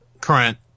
current